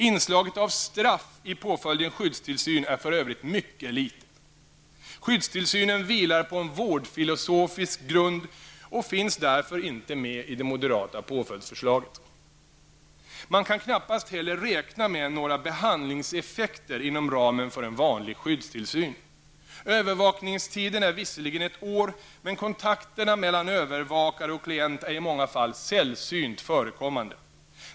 Inslaget av straff i påföljden skyddstillsyn är för övrigt mycket litet. Skyddstillsynen vilar på en ''vårdfilosofisk'' grund och finns därför inte med i det moderata påföljdsförslaget. Man kan knappast heller räkna med några behandlingeseffekter inom ramen för en vanlig skyddstillsyn. Övervakningstiden är visserligen ett år, men kontakterna mellan övervakare och klient är i många fall sällsynt förekommande.